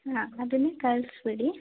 ಹಾಂ ಅದನ್ನೇ ಕಳಿಸ್ಬಿಡಿ